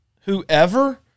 whoever